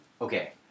Okay